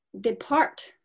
depart